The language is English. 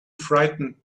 frightened